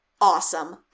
awesome